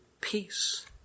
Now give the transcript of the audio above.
peace